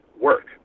work